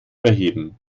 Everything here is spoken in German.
erheben